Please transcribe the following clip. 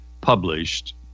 published